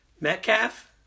Metcalf